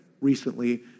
recently